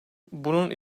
bunun